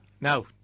Now